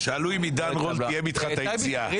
לא התקבלה.